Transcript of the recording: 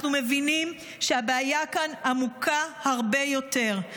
אנחנו מבינים שהבעיה כאן עמוקה הרבה יותר.